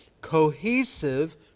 cohesive